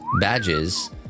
badges